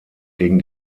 gegen